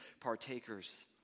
partakers